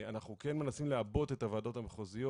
אנחנו כן מנסים לעבות את הוועדות המחוזיות.